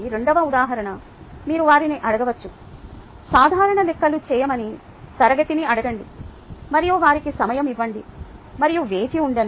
రెండవ ఉదాహరణ మీరు వారిని అడగవచ్చు సాధారణ లెక్కలు చేయమని తరగతిని అడగండి మరియు వారికి సమయం ఇవ్వండి మరియు వేచి ఉండండి